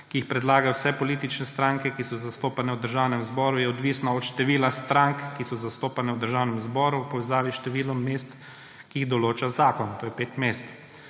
ki jih predlagajo vse politične stranke, ki so zastopane v Državnem zboru, je odvisna od števila strank, ki so zastopane v državnem zboru, v povezavi s številom mest, ki jih določa zakon. To je pet mest.